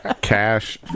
cash